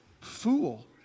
Fool